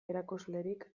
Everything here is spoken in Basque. erakuslerik